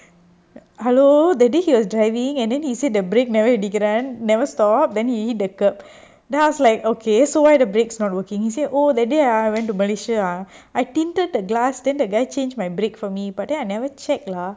hello the day he was driving and then he said the break never இடிக்குரன்:idikuran never stop then he hit the curb then I was like okay so why the brakes not working he said oh that day ah I went to malaysia ah I tinted the glass then the guy changed my break for me but then I never check lah